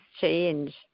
change